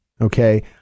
okay